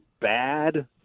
bad